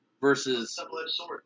versus